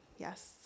Yes